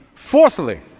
Fourthly